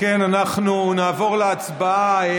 אנחנו נעבור להצבעה.